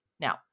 Now